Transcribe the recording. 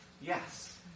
Yes